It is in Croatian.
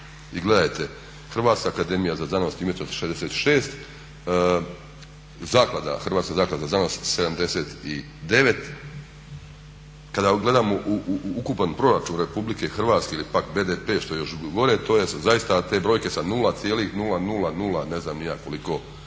I gledajte Hrvatska akademija za znanost i umjetnost 66, Hrvatska zaklada za znanost 79. Kada gledamo ukupan proračun RH ili pak BDP što je još gore to je zaista, te brojke sa 0,000 ne znam ni ja koliko